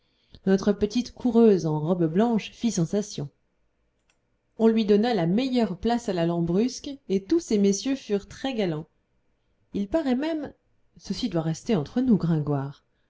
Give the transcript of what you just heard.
notre petite coureuse en robe blanche fit sensation on lui donna la meilleure place à la lambrusque et tous ces messieurs furent très galants il paraît même ceci doit rester entre nous gringoire